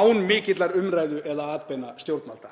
Án mikillar umræðu eða atbeina stjórnvalda.